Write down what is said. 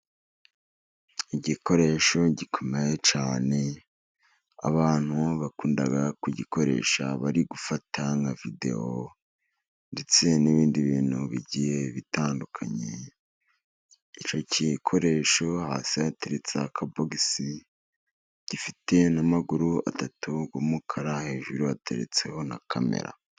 Igikoresho gikomeye cyane, abantu bakunda kugikoresha bari gufata nka videwo, ndetse n'ibindi bintu bigiye bitandukanye, icyo gikoresho hasi hateretseho akabogisi, gifite n'amaguru atatu y'umukara, hejuru hateretseho na kamera.